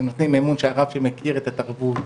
הם נותנים אמון שהרב שמכיר את התרבות,